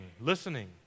listening